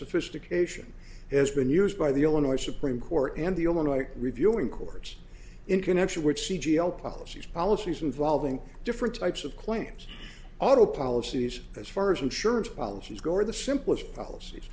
sophistication has been used by the illinois supreme court and the oem unlike reviewing courts in connection which she g l policies policies involving different types of claims auto policies as far as insurance policies go or the simplest policies